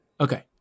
Okay